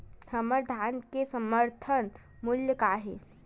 हमर धान के समर्थन मूल्य का हे?